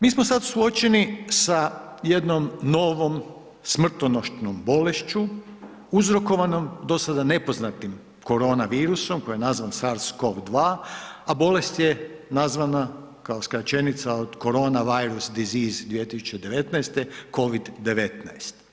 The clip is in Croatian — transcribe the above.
Mi smo sad suočeni sa jednom novom smrtonosnom bolešću uzrokovanom dosada nepoznatim koronavirusom, koja je nazvan SARS-CoV-2, a bolest je nazvana, kao skraćenica od Coronavirus disease 2019., COVID-19.